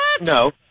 no